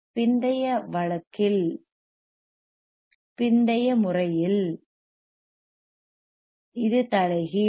பிந்தைய முறையில் இது தலைகீழ்